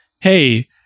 hey